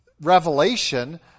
revelation